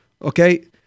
Okay